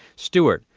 stuart,